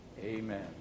Amen